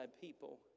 people